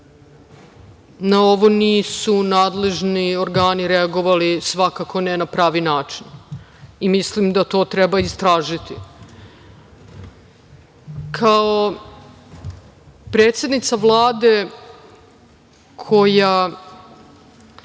na ovo nisu nadležni organi reagovali, svakako ne na pravi način. Mislim da to treba istražiti. Kao predsednica Vlade koja